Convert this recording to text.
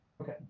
Okay